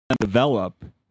develop